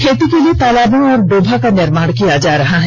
खेती के लिए तालाबों और डोभा का निर्माण किया जा रहा है